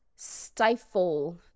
Stifle